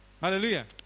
Hallelujah